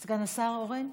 כן.